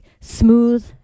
smooth